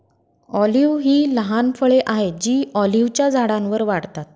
olive ही लहान फळे आहेत जी ऑलिव्हच्या झाडांवर वाढतात